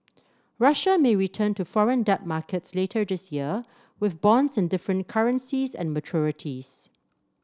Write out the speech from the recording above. Russia may return to foreign debt markets later this year with bonds in different currencies and maturities